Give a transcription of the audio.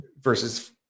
versus